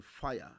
fire